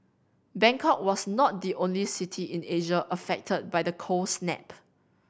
Bangkok was not the only city in Asia affected by the cold snap